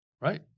Right